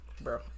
bro